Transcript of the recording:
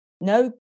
no